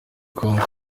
konka